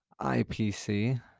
IPC